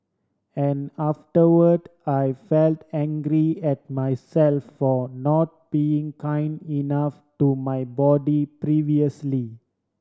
and afterward I felt angry at myself for not being kind enough to my body previously